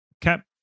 Cap